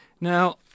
Now